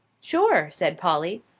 sure! said polly.